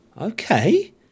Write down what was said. okay